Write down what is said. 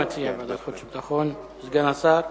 הוא מציע ועדת חוץ וביטחון, סגן השר.